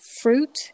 fruit